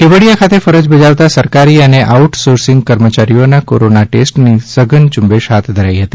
કેવડીયા ખાતે ફરજ બજાવતા સરકારી અને આઉટસોર્સીંગ કર્મચારીઓનાં કોરોના ટેસ્ટની સઘન ઝુંબેશ હાથ ધરાઇ હતી